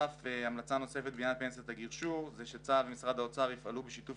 המחצה נוספת בעניין פנסיית הגישור היא שצה"ל ומשרד האוצר יפעלו בשיתוף